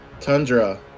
Tundra